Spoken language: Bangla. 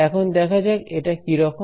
এখন দেখা যাক এটা কি রকম